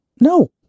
No